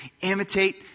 imitate